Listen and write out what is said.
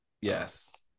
yes